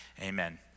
Amen